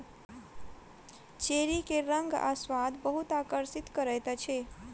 cherry के रंग आ स्वाद बहुत आकर्षित करैत अछि